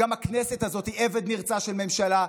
גם הכנסת הזאת היא עבד נרצע של ממשלה,